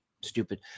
Stupid